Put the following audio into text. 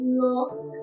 lost